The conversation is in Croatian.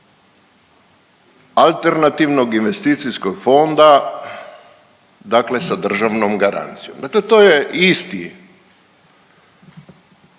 alternativnog investicijskog fonda dakle sa državnom garancijom. Dakle to je isti,